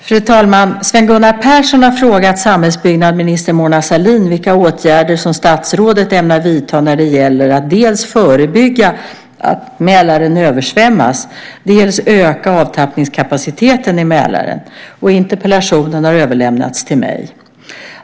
Fru talman! Sven Gunnar Persson har frågat samhällsbyggnadsminister Mona Sahlin vilka åtgärder statsrådet ämnar vidta när det gäller att dels förebygga att Mälaren översvämmas, dels öka avtappningskapaciteten i Mälaren. Interpellationen har överlämnats till mig.